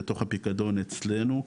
בתוך הפיקדון אצלנו,